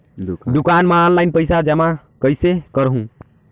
दुकान म ऑनलाइन पइसा जमा कइसे करहु?